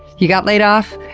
you got laid off?